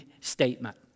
statement